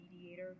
mediator